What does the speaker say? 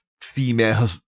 female